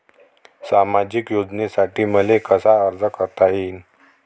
सामाजिक योजनेसाठी मले कसा अर्ज करता येईन?